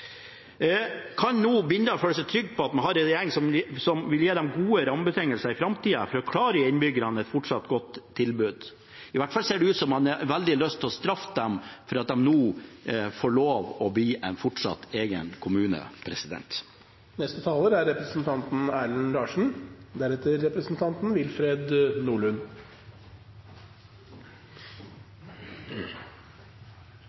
Kan nå Bindal føle seg trygg på at vi har en regjering som vil gi dem gode rammebetingelser i framtida for å klare å gi innbyggerne et fortsatt godt tilbud? I hvert fall ser det ut til at man har veldig lyst til å straffe dem for at de nå får lov til fortsatt å være en egen kommune.